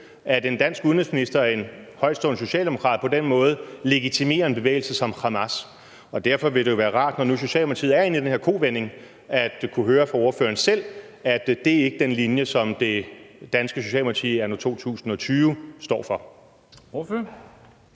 at en dansk udenrigsminister, en højtstående socialdemokrat, på den måde legitimerer en bevægelse som Hamas, og derfor kunne det jo være rart, når nu Socialdemokratiet er inde i den her kovending, at høre fra ordføreren selv, at det ikke er den linje, som det danske Socialdemokrati anno 2020 står for. Kl.